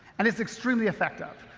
and it's extremely effective.